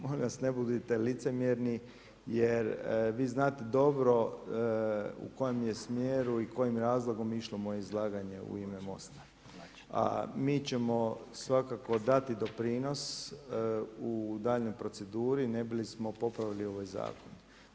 Molim vas ne budite licemjerni jer vi znate dobro u kojem je smjeru i kojim je razlogom išlo moje izlaganje u ime Most-a, a mi ćemo svakako dati doprinos u daljnjoj proceduri ne bili smo popravili ovaj zakon.